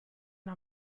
una